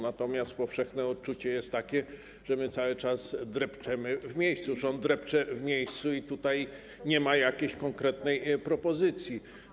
Natomiast powszechne odczucie jest takie, że cały czas drepczemy w miejscu, rząd drepcze w miejscu i nie ma jakiejś konkretnej propozycji.